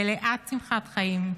מלאה שמחת חיים,